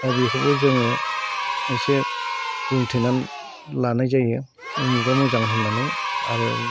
दा बेखौबो जोङो इसे बुंथिनानै लानाय जायो अमुखआ मोजां होननानै आरो